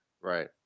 Right